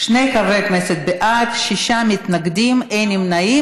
שני חברי כנסת בעד, שישה מתנגדים ואין נמנעים.